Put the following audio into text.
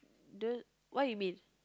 the what you mean